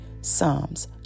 Psalms